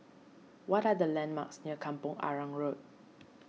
what are the landmarks near Kampong Arang Road